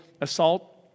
assault